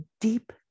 deep